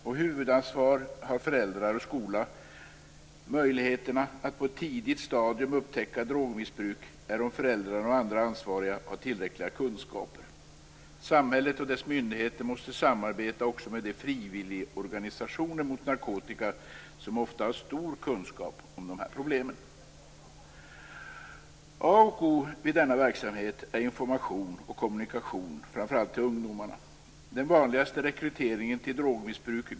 Och huvudansvar har föräldrar och skola. Möjligheterna att på ett tidigt stadium upptäcka drogmissbruk är beroende av om föräldrar och andra ansvariga har tillräckliga kunskaper. Samhället och dess myndigheter måste samarbeta också med de frivilligorganisationer mot narkotika som ofta har stor kunskap om dessa problem. A och o vid denna verksamhet är information och kommunikation framför allt till ungdomarna. Det är vanligast att ungdomar rekryteras till drogmissbruk.